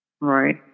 Right